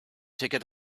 ticket